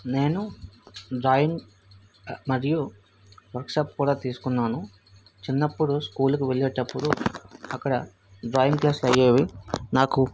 నేను డ్రాయింగ్ మరియు వర్క్షాప్ కూడా తీసుకున్నాను చిన్నప్పుడు స్కూల్ కి వెళ్లేటప్పుడు అక్కడ డ్రాయింగ్ క్లాస్ అయ్యేవి నాకు